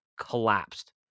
collapsed